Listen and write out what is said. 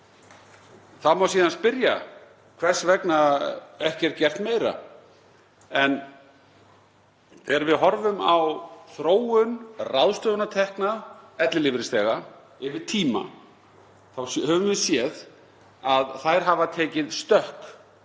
Það má síðan spyrja hvers vegna ekki er gert meira. En þegar við horfum á þróun ráðstöfunartekna ellilífeyrisþega yfir tíma höfum við séð að þær hafa tekið stökk